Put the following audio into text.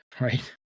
right